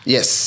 Yes